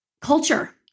culture